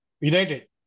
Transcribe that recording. United